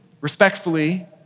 respectfully